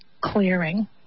clearing